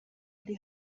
ari